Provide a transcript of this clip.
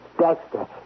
Dexter